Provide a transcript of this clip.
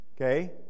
Okay